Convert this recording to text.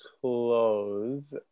close